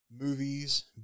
movies